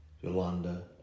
Yolanda